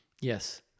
Yes